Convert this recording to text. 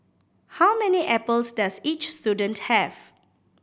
how many apples does each student have